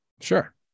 Sure